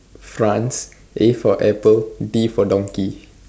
France A for apple D for donkey